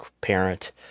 parent